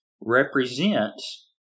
represents